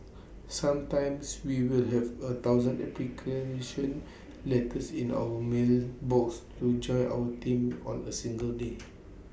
sometimes we will have A thousand application letters in our mail box to join our team on A single day